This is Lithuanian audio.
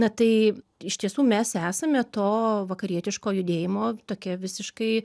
na tai iš tiesų mes esame to vakarietiško judėjimo tokia visiškai